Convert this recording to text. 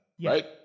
right